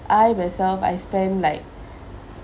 I myself I spend like